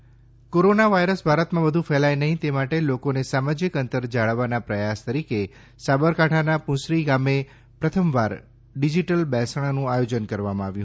online શ્રધ્ધાંજલિ corona virus ભારતમાં વધુ ફેલાય નહીં તે માટે લોકોને સામાજિક અંતર જાળવવાના પ્રયાસ તરીકે સાબરકાંઠાના પુંસરી ગામે પ્રથમવાર ડિજિટલ બેસણાનું આયોજન કરવામાં આવ્યું